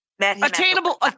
attainable